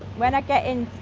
when i get and